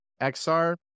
XR